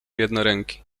jednoręki